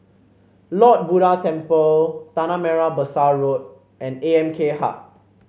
Lord Buddha Temple Tanah Merah Besar Road and A M K Hub